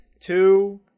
two